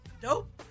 Dope